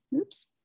Oops